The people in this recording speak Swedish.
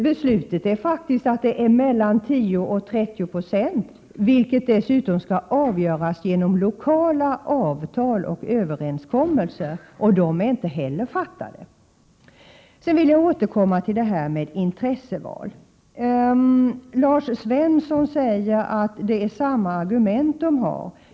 Beslutet är att det skall vara mellan 10 och 30 96 och att andelen skall fastställas genom lokala avtal och överenskommelser — och de finns inte heller. Sedan vill jag återkomma till detta med intresseval. Lars Svensson säger att det är samma argument.